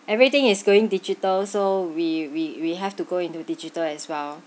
everything is going digital so we we we have to go into digital as well